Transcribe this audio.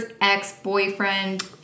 ex-boyfriend